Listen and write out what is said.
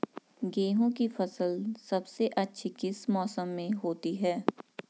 गेहूँ की फसल सबसे अच्छी किस मौसम में होती है